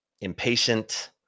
impatient